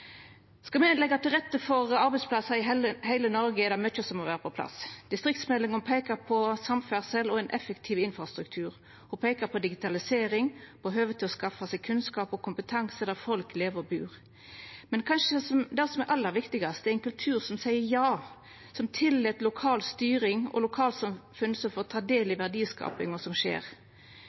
Skal me leggja til rette for arbeidsplassar i heile Noreg, er det mykje som må vera på plass. Distriktsmeldinga peikar på samferdsel og ein effektiv infrastruktur. Ho peikar på digitalisering og på høve til å skaffa seg kunnskap og kompetanse der folk lever og bur. Men det som kanskje er aller viktigast, er ein kultur som seier ja, som tillèt lokal styring og lokalsamfunn som får ta del i den verdiskapinga som skjer.